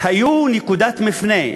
היו נקודת מפנה.